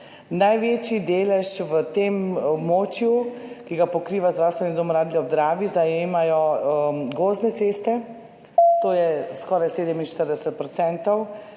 največji delež na območju, ki ga pokriva Zdravstveni dom Radlje ob Dravi, zajemajo gozdne ceste, skoraj 47